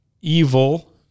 evil